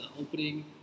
opening